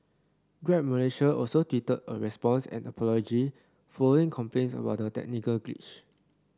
Grab Malaysia also tweeted a response and apology following complaints about the technical glitch